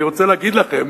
אני רוצה להגיד לכם